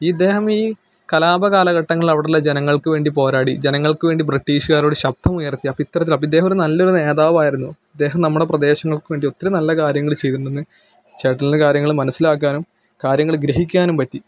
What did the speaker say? ഈ ഇദ്ദേഹം ഈ കലാപ കാലഘട്ടങ്ങളിൽ അവിടെയുള്ള ജനങ്ങള്ക്ക് വേണ്ടി പോരാടി ജനങ്ങള്ക്ക് വേണ്ടി ബ്രിട്ടീഷുകാരോട് ശബ്ദം ഉയര്ത്തി അപ്പം ഇത്തരത്തിൽ അപ്പം ഇദ്ദേഹമൊരു നല്ലൊരു നേതാവായിരുന്നു ഇദ്ദേഹം നമ്മുടെ പ്രദേശങ്ങള്ക്ക് വേണ്ടി ഒത്തിരി നല്ല കാര്യങ്ങൾ ചെയ്തിട്ടുണ്ടെന്ന് ചേട്ടനിൽ നിന്ന് കാര്യങ്ങൾ മനസ്സിലാക്കാനും കാര്യങ്ങൾ ഗ്രഹിക്കാനും പറ്റി